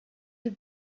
have